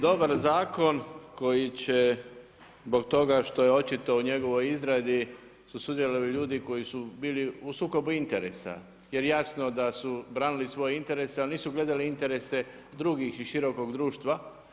Dobar zakon koji će zbog toga što je očito u njegovoj izradi su sudjelovali ljudi koji su bili u sukobu interesa, jer jasno da su branili svoje interese, ali nisu gledali interese drugih iz širokog društva.